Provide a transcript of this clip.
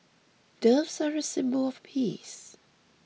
doves are a symbol of peace